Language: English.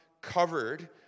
covered